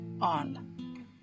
on